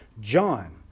John